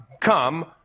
come